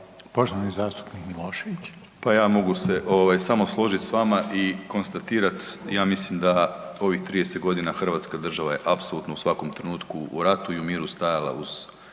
Domagoj Ivan (HDZ)** Pa ja mogu se ovaj samo složiti s vama i konstatirat ja mislim da u ovih 30 godina Hrvatska država je apsolutno u svakom trenutku u ratu i miru stajala uz